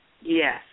Yes